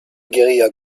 guerrilla